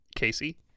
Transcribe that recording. Casey